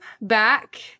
back